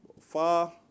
Far